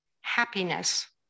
happiness